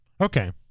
Okay